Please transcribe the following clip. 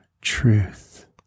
truth